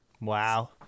Wow